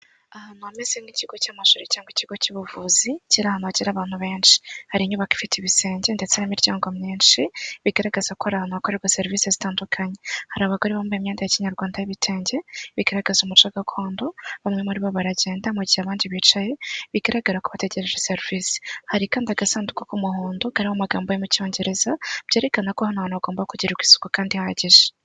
Ahantu hameze nk'ikigo cy'amashuri cyangwa ikigo cy'ubuvuzi kiriogira abantu benshi, hari inyubako ifite ibisenge ndetse n'imiryango myinshi bigaragaza ko hari hakorerwa serivisi zitandukanye, hari abagore bambaye imyenda ya kinyarwanda bigaragaza umuco gakondo; bamwe muri bo baragenda mu gihe abandi bicaye bigaragara ko bategereje serivisi, hari kandi agasanduku k'umuhondo kariho amagambo yo mu cyongereza byerekana ko hano hantu hagomba kugirwarwa isuku kandi ihagije.